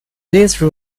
these